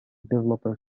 developer